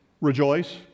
Rejoice